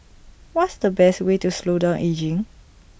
what's the best way to slow down ageing